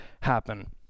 happen